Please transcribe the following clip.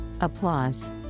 Applause